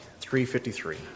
353